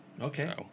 okay